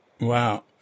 Wow